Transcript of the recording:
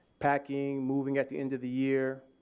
packing moving at the end of the year.